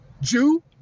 Jew